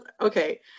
Okay